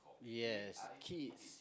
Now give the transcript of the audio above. yes kiss